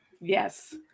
yes